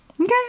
okay